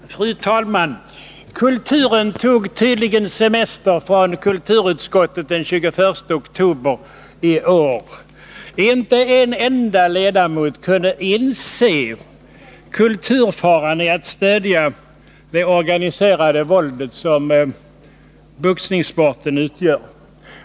Fru talman! Kulturen tog tydligen semester från kulturutskottet den 21 oktober i år: inte en enda ledamot kunde inse kulturfaran i att stödja det organiserade våld som boxningssporten utgör.